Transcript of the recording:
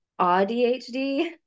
ADHD